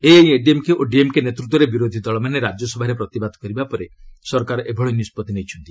AIADMK ଓ ଡିଏମ୍କେ ନେତୃତ୍ୱରେ ବିରୋଧୀ ଦଳମାନେ ରାଜ୍ୟସଭାରେ ପ୍ରତିବାଦ କରିବା ପରେ ସରକାର ଏଭଳି ନିଷ୍କଭି ନେଇଛନ୍ତି